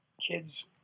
kids